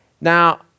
Now